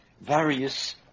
various